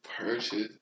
purchase